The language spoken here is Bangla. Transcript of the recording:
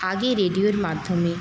আগে রেডিওর মাধ্যমে